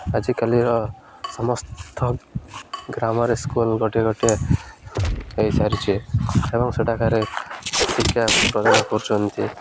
ଆଜିକାଲିର ସମସ୍ତ ଗ୍ରାମରେ ସ୍କୁଲ୍ ଗୋଟିଏ ଗୋଟିଏ ହେଇସାରିଛି ଏବଂ ସେଠାକାରେ ଶିକ୍ଷା ପ୍ରଦାନ କରୁଛନ୍ତି